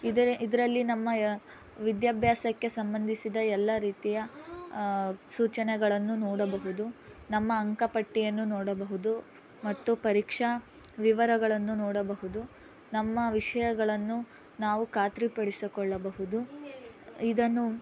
ಇದರ ಇದರಲ್ಲಿ ನಮ್ಮ ವಿದ್ಯಾಭ್ಯಾಸಕ್ಕೆ ಸಂಬಂಧಿಸಿದ ಎಲ್ಲ ರೀತಿಯ ಸೂಚನೆಗಳನ್ನು ನೋಡಬಹುದು ನಮ್ಮ ಅಂಕ ಪಟ್ಟಿಯನ್ನು ನೋಡಬಹುದು ಮತ್ತು ಪರೀಕ್ಷಾ ವಿವರಗಳನ್ನು ನೋಡಬಹುದು ನಮ್ಮ ವಿಷಯಗಳನ್ನು ನಾವು ಖಾತರಿ ಪಡಿಸಿಕೊಳ್ಳಬಹುದು ಇದನ್ನು